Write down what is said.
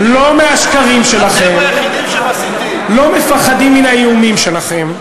לא מהשקרים שלכם, לא מפחדים מן האיומים שלכם.